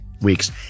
weeks